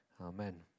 Amen